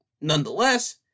nonetheless